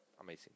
amazing